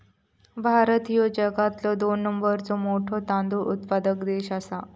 भारत ह्यो जगातलो दोन नंबरचो मोठो तांदूळ उत्पादक देश आसा